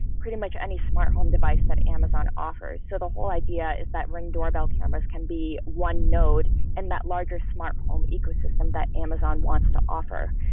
pretty much any smart home device that amazon offers. so the whole idea is that ring doorbell cameras can be one node and that larger smart home ecosystem that amazon wants to offer.